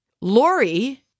Lori